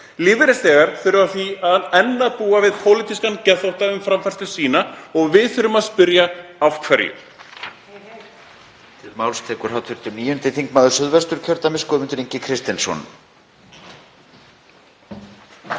Lífeyrisþegar þurfa því enn að búa við pólitískan geðþótta um framfærslu sína og við þurfum að spyrja: Af hverju?